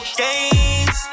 games